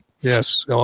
Yes